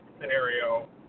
scenario